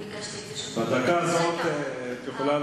בדקה הזאת את יכולה,